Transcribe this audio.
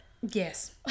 Yes